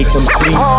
Complete